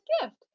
gift